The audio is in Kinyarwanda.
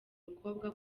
mukobwa